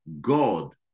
God